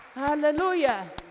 Hallelujah